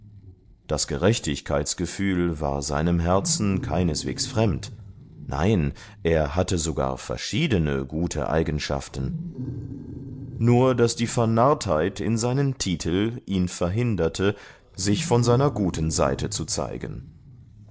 das gerechtigkeitsgefühl war seinem herzen keineswegs fremd nein er hatte sogar verschiedene gute eigenschaften nur daß die vernarrtheit in seinen titel ihn verhinderte sich von seiner guten seite zu zeigen